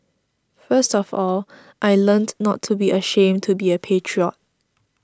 first of all I learnt not to be ashamed to be a patriot